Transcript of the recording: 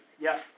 yes